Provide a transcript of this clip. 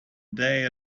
day